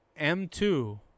m2